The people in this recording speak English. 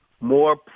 more